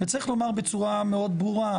צריך לומר בצורה מאוד ברורה,